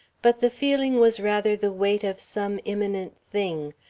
but the feeling was rather the weight of some imminent thing,